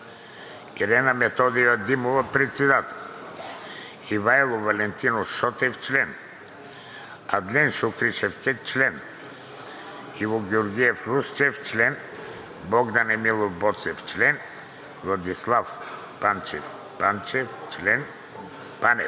Ирена Методиева Димова – председател; Ивайло Валентинов Шотев – член; Адлен Шукри Шевкед – член; Иво Георгиев Русчев – член; Богдан Емилов Боцев – член; Владислав Панчев Панев